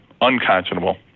Unconscionable